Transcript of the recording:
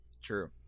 True